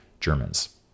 Germans